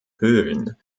höhlen